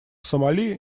сомали